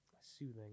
Soothing